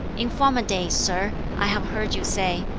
in former days, sir, i have heard you say,